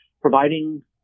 providing